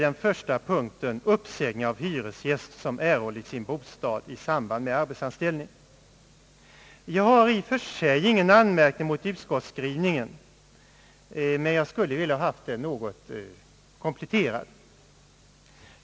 Den första punkten gäller uppsägning av hyresgäst som erhållit sin bostad i samband med arbetsanställning. Jag har i och för sig ingen anmärkning mot utskottsskrivningen, men jag skulle ha velat ha den något kompletterad.